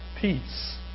peace